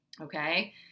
Okay